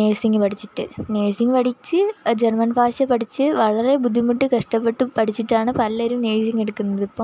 nursing പഠിച്ചിട്ട് nursing പഠിച്ച് German ഭാഷ പഠിച്ച് വളരെ ബുദ്ധിമുട്ടി കഷ്ടപ്പെട്ട് പഠിച്ചിട്ടാണ് പലരും നേഴ്സിങ്ങെടുക്കുന്നതിപ്പം